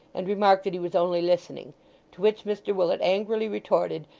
and remarked that he was only listening to which mr willet angrily retorted,